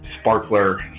sparkler